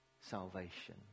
salvation